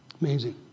Amazing